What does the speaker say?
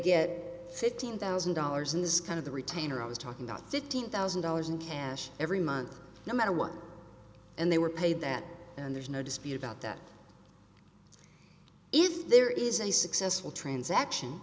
get fifteen thousand dollars and this is kind of the retainer i was talking about fifteen thousand dollars in cash every month no matter what and they were paid that and there's no dispute about that if there is a successful transaction